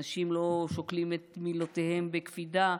אנשים לא שוקלים את מילותיהם בקפידה,